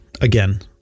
Again